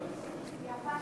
נעבור